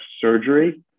surgery